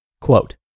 Quote